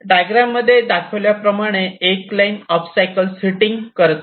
diagram मध्ये दाखविल्याप्रमाणे एक लाईन ओबस्टॅकल्स हिटिंग करत आहे